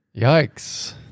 Yikes